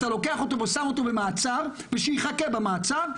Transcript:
אתה לוקח אותו ושם אותו במעצר ושיחכה במעצר,